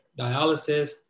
dialysis